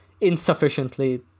insufficiently